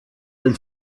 den